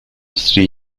three